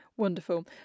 Wonderful